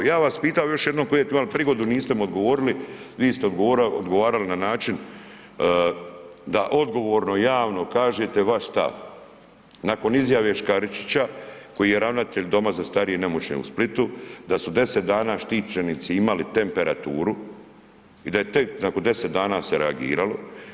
Ja bi vas pitao još jednom kojeg imali prigodu niste mi odgovorili, vi ste odgovarali na način da odgovorno javno kažete vaš stav nakon izjave Škaričića koji je ravnatelj Doma za starije i nemoćne u Splitu da su 10 dana štićenici imali temperaturu i da je tek nakon 10 dana se reagiralo.